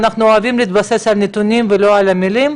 אנחנו אוהבים להתבסס על נתונים ולא על מילים.